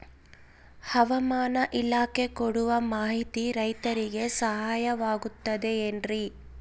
ಹವಮಾನ ಇಲಾಖೆ ಕೊಡುವ ಮಾಹಿತಿ ರೈತರಿಗೆ ಸಹಾಯವಾಗುತ್ತದೆ ಏನ್ರಿ?